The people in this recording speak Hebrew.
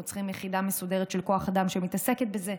אנחנו צריכים יחידה מסודרת של כוח אדם שמתעסקת בזה.